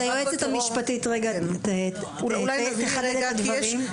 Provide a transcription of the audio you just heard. אז היועצת המשפטית רגע תחדד את הדברים.